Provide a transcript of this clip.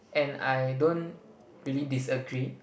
and I don't really disagree